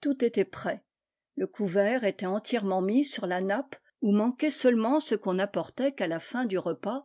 tout était prêt le couvert était entièrement mis sur la nappe où manquait seulement ce qu'on n'apportait qu'à la fin du repas